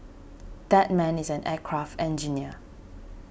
that man is an aircraft engineer